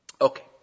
Okay